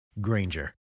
Granger